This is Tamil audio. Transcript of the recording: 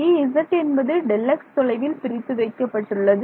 Ez என்பது Δx தொலைவில் பிரித்து வைக்கப்பட்டுள்ளது